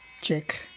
check